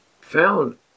found